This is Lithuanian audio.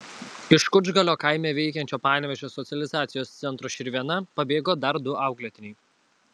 iš kučgalio kaime veikiančio panevėžio socializacijos centro širvėna pabėgo dar du auklėtiniai